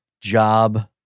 job